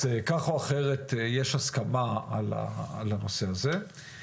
אז, כך או אחרת יש הסכמה על הנושא הזה.